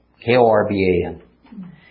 K-O-R-B-A-N